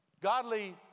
Godly